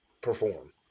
perform